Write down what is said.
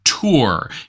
tour